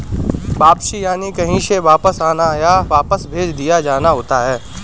वापसी यानि कहीं से वापस आना, या वापस भेज दिया जाना होता है